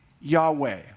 Yahweh